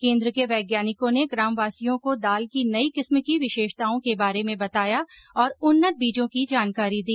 केन्द्र के वैज्ञानिकों ने ग्रामवासियों को दाल की नई किस्म की विशेषताओं के बारे में बताया और उन्नत बीजों की जानकारी दी